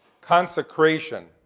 consecration